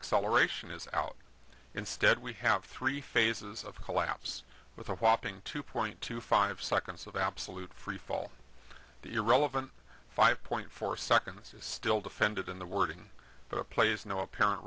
acceleration is out instead we have three phases of collapse with a whopping two point two five seconds of absolute freefall irrelevant five point four seconds is still defended in the wording of plays no apparent